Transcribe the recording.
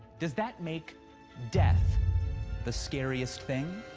does that make death the scariest thing?